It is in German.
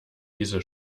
diese